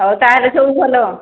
ହଉ ତାହାଲେ ସବୁ ଭଲ